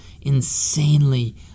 insanely